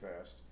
fast